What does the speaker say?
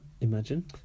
imagine